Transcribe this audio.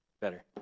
better